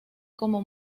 como